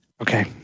Okay